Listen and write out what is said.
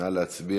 נא להצביע.